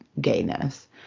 gayness